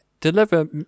deliver